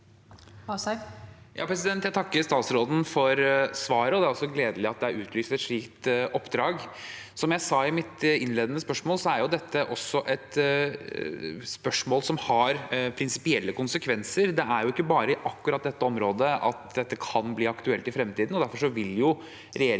(H) Jeg takker statsråd- en for svaret, og det er gledelig at det er utlyst et slikt oppdrag. Som jeg sa i mitt innledende spørsmål, er dette også et spørsmål som har prinsipielle konsekvenser. Det er jo ikke bare i akkurat dette området at dette kan bli aktuelt i fremtiden, og derfor vil regjeringens